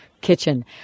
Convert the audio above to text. kitchen